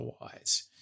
otherwise